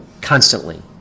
Constantly